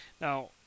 Now